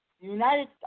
United